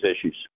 issues